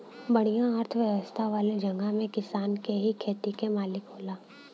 बढ़िया अर्थव्यवस्था वाले जगह में किसान ही खेत क मालिक होला